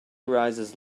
rises